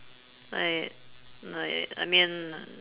like like I mean uh